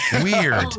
Weird